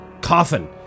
coffin